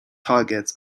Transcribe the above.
targets